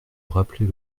rappeler